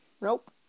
nope